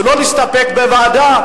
ולא להסתפק בוועדה.